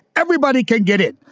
everybody can get it.